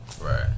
Right